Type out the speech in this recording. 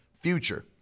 future